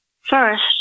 first